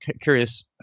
curious